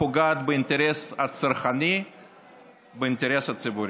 הפוגעת באינטרס הצרכני ובאינטרס הציבורי.